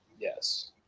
Yes